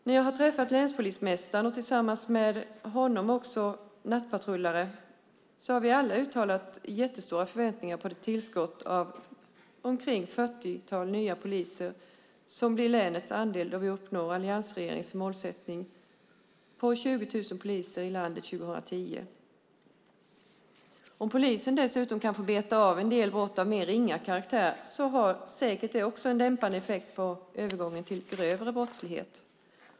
När jag har träffat länspolismästaren och tillsammans med honom nattpatrullare har vi alla uttalat jättestora förväntningar på det tillskott av omkring ett fyrtiotal nya poliser som blir länets andel då vi uppnår alliansregeringens målsättning på 20 000 poliser i landet 2010. Om polisen dessutom kan få beta av en del brott av mer ringa karaktär har det säkert också en dämpande effekt på övergången till grövre brottslighet.